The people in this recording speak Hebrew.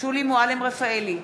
שולי מועלם-רפאלי,